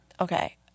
Okay